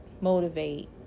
motivate